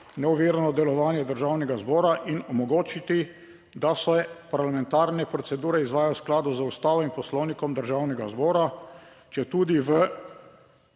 neovirano delovanje Državnega zbora in omogočiti, da se parlamentarne procedure izvajajo v skladu z Ustavo in Poslovnikom državnega zbora, četudi v